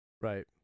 right